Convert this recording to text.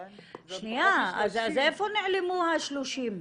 אז איפה נעלמו ה-30?